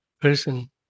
person